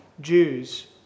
Jews